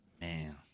Man